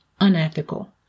unethical